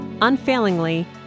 unfailingly